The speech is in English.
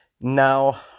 Now